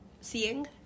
seeing